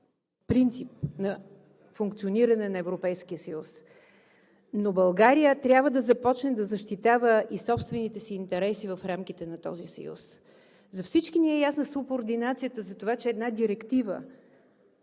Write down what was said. принцип на функциониране на Европейския съюз, но България трябва да започне да защитава и собствените си интереси в рамките на този съюз. За всички ни е ясна субординацията за това, че една директива